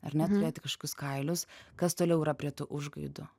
ar ne turėti kažkokius kailius kas toliau yra prie tų užgaidų